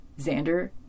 Xander